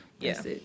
Yes